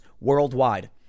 worldwide